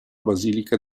basilica